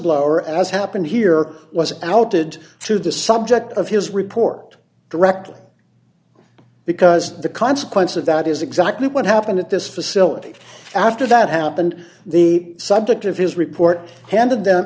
blower as happened here was outed to the subject of his report directly because the consequence of that is exactly what happened at this facility after that happened the subject of his report handed